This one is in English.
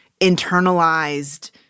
internalized